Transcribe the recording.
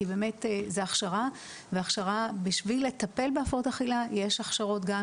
כי באמת זה הכשרה והכשרה בשביל לטפל בהפרעות אכילה יש הכשרות גם